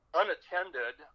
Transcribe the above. unattended